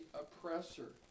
oppressor